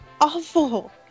awful